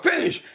finish